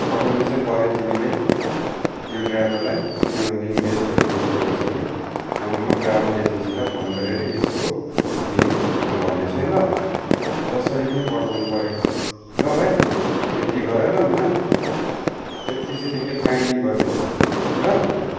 पठाउनु चाहिँ पऱ्यो तिमीले त्यो ड्राइभरलाई किनभनेदेखि गेस्टहरू उयो भइसक्यो नभए म ट्राभल एजेन्सीलाई फोन गरेर यस्को उयो म भन्नेछु है ल जसरी पनि पठाउनु पऱ्यो ल भाइ त्यति गर है ल विनोद त्यति चाहिँ तिमीले काइन्डली गरिदेऊ ल